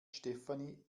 stefanie